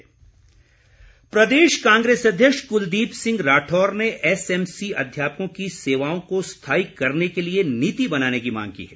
मांग प्रदेश कांग्रेस अध्यक्ष कुलदीप सिंह राठौर ने एसएमसी अध्यापकों की सेवाओं को स्थायी करने के लिए नीति बनाने की मांग की है